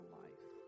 life